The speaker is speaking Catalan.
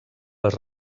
les